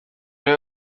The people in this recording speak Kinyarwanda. wowe